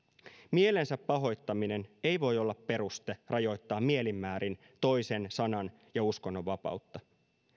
mielensä pahoittaminen ei voi olla peruste rajoittaa mielin määrin toisen sanan ja uskonnonvapautta